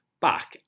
back